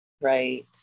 right